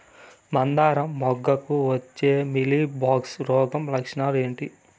మందారం మొగ్గకు వచ్చే మీలీ బగ్స్ రోగం లక్షణాలు ఏంటి?